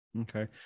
okay